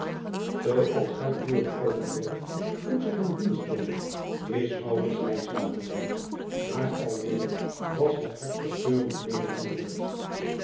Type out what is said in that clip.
als haar de deur geopend werd vroeg zij aan de dienstbode s hier aar alweder was het harrverscheurend neen het antwoord